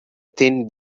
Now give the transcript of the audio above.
thin